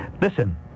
listen